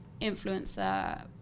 influencer